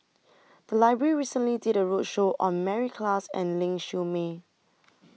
The Library recently did A roadshow on Mary Klass and Ling Siew May